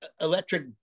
electric